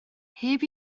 heb